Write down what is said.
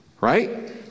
Right